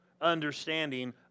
understanding